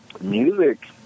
Music